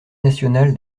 national